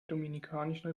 dominikanischen